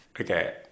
okay